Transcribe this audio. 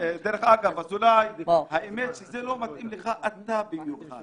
דרך אגב, אזולאי, זה לא מתאים לך, אתה במיוחד.